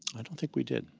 i don't think we did.